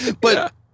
But-